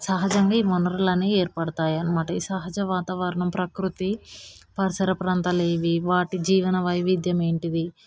సహజంగా ఈ వనరులనేవి ఏర్పడతాయి అన్నమాట ఈ సహజ వాతావరణం ప్రకృతి పరిసర ప్రాంతలేవీ వాటి జీవన వైవిద్యము ఏమిటి